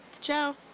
Ciao